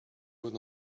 would